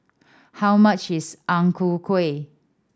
how much is Ang Ku Kueh